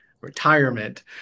retirement